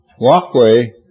walkway